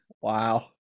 Wow